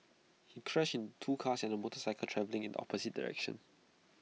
he crashed in two cars and A motorcycle travelling in the opposite direction